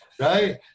Right